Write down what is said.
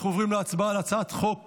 אנחנו עוברים להצבעה על הצעת חוק